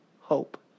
hope